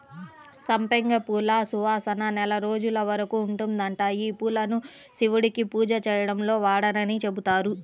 సంపెంగ పూల సువాసన నెల రోజుల వరకు ఉంటదంట, యీ పూలను శివుడికి పూజ చేయడంలో వాడరని చెబుతారు